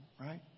right